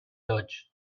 lodge